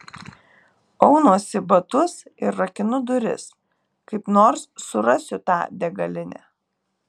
aunuosi batus ir rakinu duris kaip nors surasiu tą degalinę